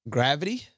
Gravity